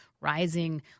rising